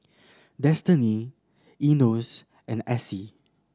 Destinee Enos and Essie